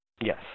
Yes